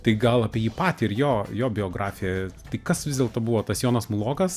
tai gal apie jį patį ir jo jo biografiją tai kas vis dėlto buvo tas jonas mulokas